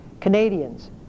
Canadians